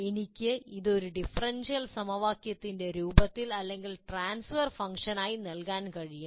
എനിക്ക് ഇത് ഒരു ഡിഫറൻഷ്യൽ സമവാക്യത്തിന്റെ രൂപത്തിൽ അല്ലെങ്കിൽ ഒരു ട്രാൻസ്ഫർ ഫംഗ്ഷനായി നൽകാൻ കഴിയും